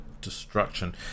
destruction